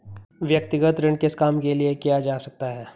व्यक्तिगत ऋण किस काम के लिए किया जा सकता है?